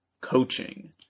coaching